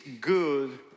good